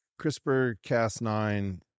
CRISPR-Cas9